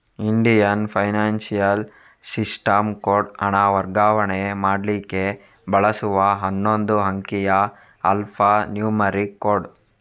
Indian financial system code ಹಣ ವರ್ಗಾವಣೆ ಮಾಡ್ಲಿಕ್ಕೆ ಬಳಸುವ ಹನ್ನೊಂದು ಅಂಕಿಯ ಆಲ್ಫಾ ನ್ಯೂಮರಿಕ್ ಕೋಡ್